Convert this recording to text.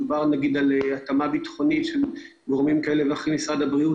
דובר על התאמה ביטחונית של גורמים כאלה ואחרים ממשרד הבריאות,